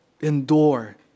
Endure